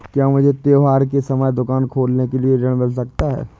क्या मुझे त्योहार के समय दुकान खोलने के लिए ऋण मिल सकता है?